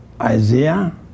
Isaiah